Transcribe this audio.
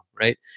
Right